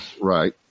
Right